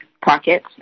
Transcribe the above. pocket